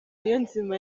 niyonzima